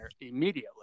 immediately